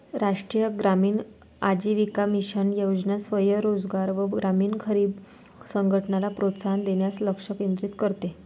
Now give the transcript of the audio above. राष्ट्रीय ग्रामीण आजीविका मिशन योजना स्वयं रोजगार व ग्रामीण गरीब संघटनला प्रोत्साहन देण्यास लक्ष केंद्रित करते